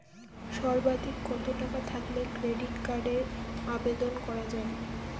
সর্বাধিক কত টাকা থাকলে ক্রেডিট কার্ডের আবেদন করা য়ায়?